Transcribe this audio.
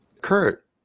Kurt